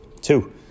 Two